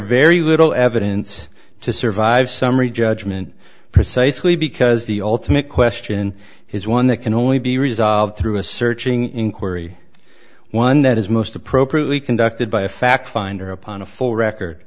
very little evidence to survive summary judgment precisely because the ultimate question is one that can only be resolved through a searching inquiry one that is most appropriately conducted by a fact finder upon a full record